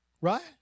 Right